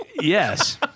Yes